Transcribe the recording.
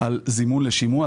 על זימון לשימוע.